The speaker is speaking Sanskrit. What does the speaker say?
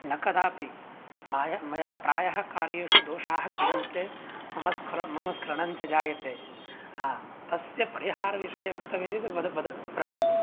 न कदापि माया मया प्रायः कार्येषु दोषाः क्रियन्ते मम स्खलनञ्च जायन्ते तस्य परिहारविषये वक्तव्यं चेत् ब्रवीमि